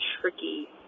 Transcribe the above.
tricky